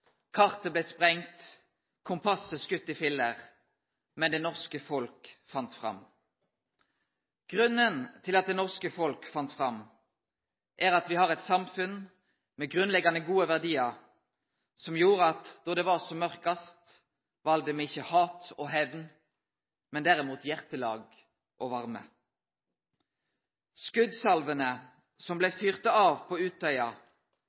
sprengt, kompasset skutt i filler Men det norske folk fant fram.» Grunnen til at det norske folk fann fram, er at me har eit samfunn med grunnleggjande gode verdiar som gjorde at då det var som mørkast, valde me ikkje hat og hemn, men derimot hjartelag og varme. Skotsalvene som blei fyrte av på Utøya,